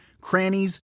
crannies